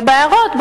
ובהערות,